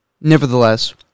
Nevertheless